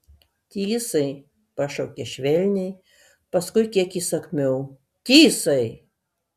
tysai pašaukė švelniai paskui kiek įsakmiau tysai